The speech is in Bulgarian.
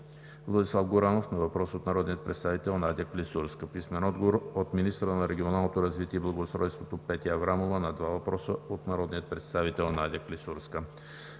Владислав Горанов на въпрос от народния представител Надя Клисурска; - министъра на регионалното развитие и благоустройството Петя Аврамова на два въпроса от народния представител Надя Клисурска;